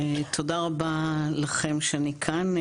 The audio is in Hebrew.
תודה רבה לכם שאני כאן.